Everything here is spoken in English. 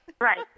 Right